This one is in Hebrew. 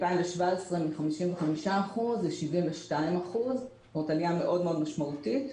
מ-55% ב-2017 ל-72%, עלייה מאוד מאוד משמעותית,